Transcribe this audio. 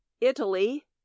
Italy